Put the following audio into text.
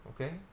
okay